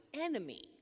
enemy